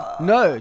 No